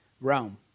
Rome